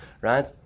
right